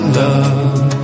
love